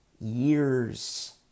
years